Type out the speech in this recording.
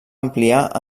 ampliar